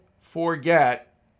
forget